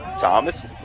Thomas